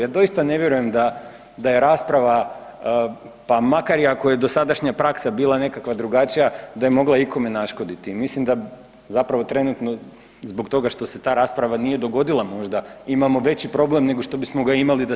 Ja doista ne vjerujem da, da je rasprava, pa makar i ako je dosadašnja praksa bila nekakva drugačija da je mogla ikome naškoditi i mislim da zapravo trenutno zbog toga što se ta rasprava nije dogodila možda imamo veći problem nego što bismo ga imali da se dogodila.